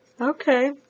Okay